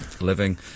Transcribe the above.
living